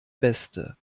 beste